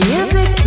Music